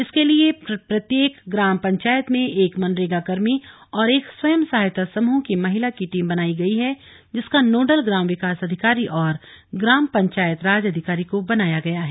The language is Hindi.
इसके लिए प्रत्येक ग्राम पंचायत में एक मनरेगा कर्मी और एक स्वयं सहायता समूह की महिला की टीम बनाई गई है जिसका नोडल ग्राम विकास अधिकारी और ग्राम पंचायत राज अधिकारी को बनाया गया है